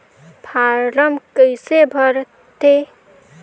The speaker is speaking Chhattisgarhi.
फारम कइसे भरते?